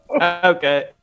Okay